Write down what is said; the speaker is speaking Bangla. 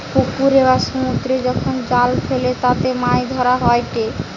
পুকুরে বা সমুদ্রে যখন জাল ফেলে তাতে মাছ ধরা হয়েটে